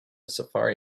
safari